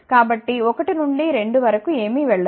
కాబట్టి 1 నుండి 2 వరకు ఏమీ వెళ్ళదు